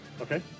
okay